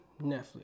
Netflix